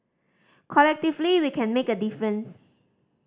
collectively we can make a difference